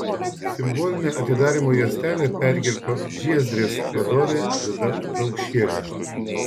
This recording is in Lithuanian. simbolinę atidarymo juostelę perkirpo žiezdrės vadovė vida daukšienė